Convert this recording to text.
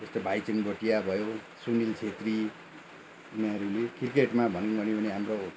जस्तो भाइचुङ भोटिया भयो सुनिल छेत्री यिनीहरूले क्रिकेटमा भनौँ भन्यो भने हाम्रो